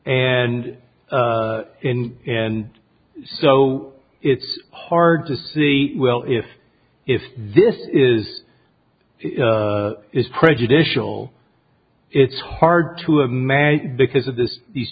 not and in and so it's hard to see well if if this is is prejudicial it's hard to imagine because of this these